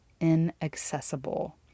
inaccessible